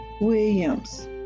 williams